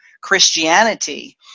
Christianity